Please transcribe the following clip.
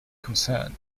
concern